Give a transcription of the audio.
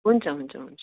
हुन्छ हुन्छ हुन्छ